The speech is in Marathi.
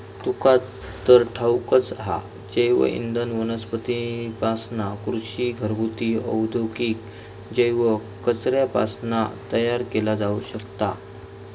तुका तर ठाऊकच हा, जैवइंधन वनस्पतींपासना, कृषी, घरगुती, औद्योगिक जैव कचऱ्यापासना तयार केला जाऊ शकता